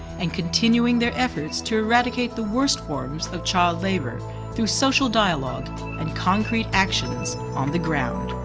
and continuing their efforts to eradicate the worst forms of child labour through social dialogue and concrete actions on the ground.